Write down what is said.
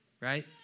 right